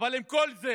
אבל עם כל זה,